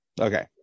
Okay